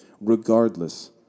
regardless